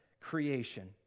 creation